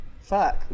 Fuck